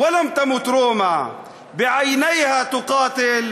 ואתה עם העיניים האדומות והכפיים, הלילה מסתיים.